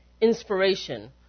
inspiration